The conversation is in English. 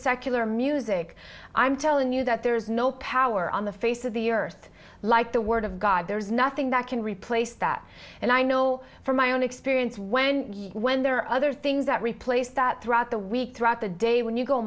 secular music i'm telling you that there is no power on the face of the earth like the word of god there is nothing that can replace that and i know from my own experience when you when there are other things that replace that throughout the week throughout the day when you go